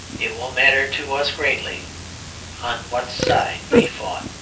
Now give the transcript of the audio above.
it will matter to us greatly on what side we fought.